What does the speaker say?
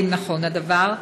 האם נכון הדבר?